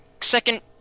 second